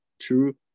True